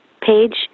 page